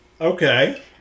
Okay